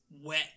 wet